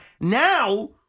Now